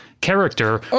character